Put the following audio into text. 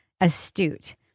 astute